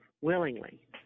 willingly